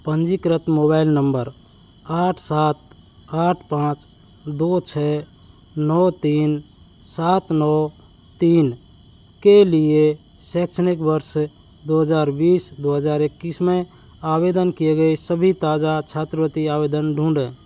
पंजीकृत मोबाइल नम्बर आठ सात आठ पाँच दो छः नौ तीन सात नौ तीन के लिए शैक्षणिक वर्ष दो हज़ार बीस दो हज़ार इक्कीस में आवेदन किए गए सभी ताज़ा छात्रवृत्ति आवेदन ढूँढें